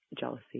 jealousy